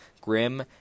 grim